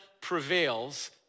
prevails